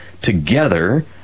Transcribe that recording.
together